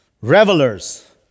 revelers